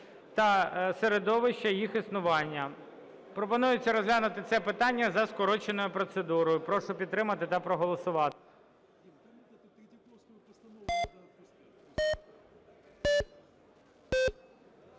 та середовища їх існування. Пропонується розглянути це питання за скороченою процедурою. Прошу підтримати та проголосувати.